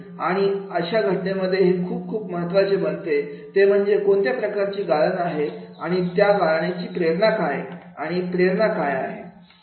आणि अशा घटनेमध्ये हे खूप खूप महत्त्वाचे बनत ते म्हणजे कोणत्या प्रकारची गाळन आहे आणि त्या गाळण्याची प्रेरणा काय प्रेरणा काय आहे